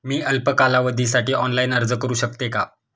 मी अल्प कालावधीसाठी ऑनलाइन अर्ज करू शकते का?